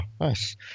nice